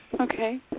Okay